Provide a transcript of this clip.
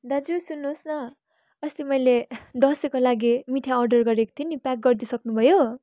दाजु सुन्नुहोस् न अस्ति मैले दसैँको लागि मिठाई अर्डर गरेको थिएँ नि प्याक गरिदिई सक्नुभयो